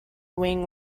wing